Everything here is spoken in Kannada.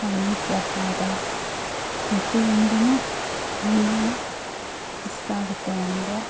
ಅಲ್ಲಿ ಪ್ರಸಾದ ಪ್ರತಿಯೊಂದು ತುಂಬಾ ಇಷ್ಟ ಆಗುತ್ತೆ ನಮಗೆ